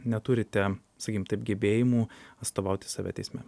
neturite sakykim taip gebėjimų atstovauti save teisme